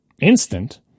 instant